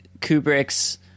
kubrick's